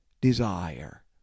desire